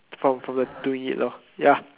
from from the doing it lor ya